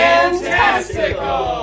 Fantastical